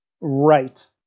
Right